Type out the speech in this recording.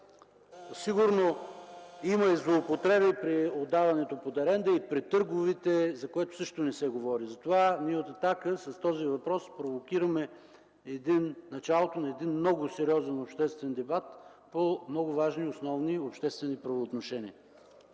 сигурно има и злоупотреби при отдаването под аренда и при търговете, за което също не се говори. Затова с този въпрос ние от „Атака” провокираме началото на един много сериозен обществен дебат по много важни и основни обществени правоотношения.